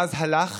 ואז הלך